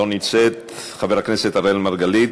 לא נמצאת, חבר הכנסת אראל מרגלית,